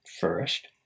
First